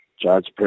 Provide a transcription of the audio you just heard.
judge